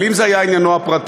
אבל אם זה היה עניינו הפרטי,